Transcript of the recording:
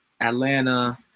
Atlanta